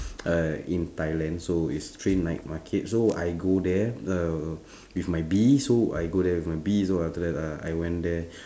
uh in thailand so is train night market so I go there uh with my B so I go there with my B so after that uh I went there